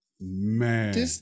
man